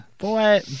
Boy